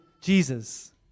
Jesus